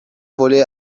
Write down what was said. voler